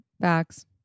facts